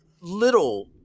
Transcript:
little